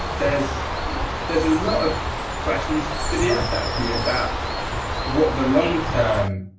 there's there's a lot of questions to be asked actually, about what the long-term